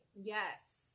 Yes